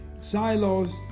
silos